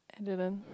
I didn't